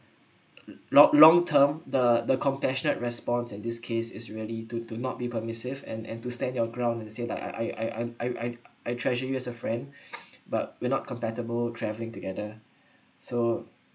lo~ long term the the compassionate response and this case is really to to not be permissive and and to stand your ground and say that I I I I treasure you as a friend but we're not compatible travelling together so